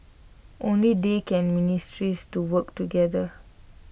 only they can ministries to work together